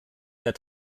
der